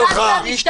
אני לא משתלחת במשטרה.